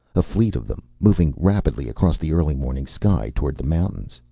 a fleet of them, moving rapidly across the early morning sky. toward the mountains.